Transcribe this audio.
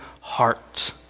heart